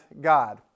God